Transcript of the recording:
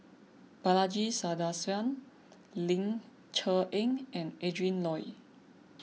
Balaji Sadasivan Ling Cher Eng and Adrin Loi